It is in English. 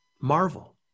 Marvel